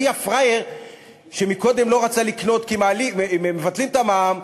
מי הפראייר שקודם לא רצה לקנות כי מבטלים את המע"מ,